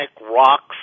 rocks